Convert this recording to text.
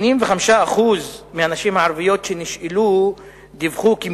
85% מהנשים הערביות שנשאלו דיווחו כי אם